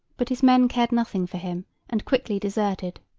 but his men cared nothing for him, and quickly deserted.